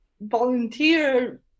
volunteer